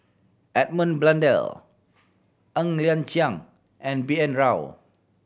Edmund Blundell Ng Liang Chiang and B N Rao